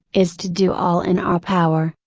is to do all in our power,